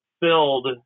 filled